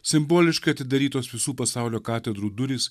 simboliškai atidarytos visų pasaulio katedrų durys